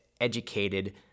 educated